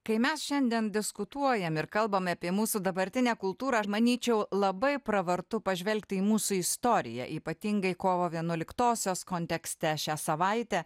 kai mes šiandien diskutuojam ir kalbame apie mūsų dabartinę kultūrą manyčiau labai pravartu pažvelgti į mūsų istoriją ypatingai kovo vienuoliktosios kontekste šią savaitę